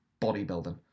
bodybuilding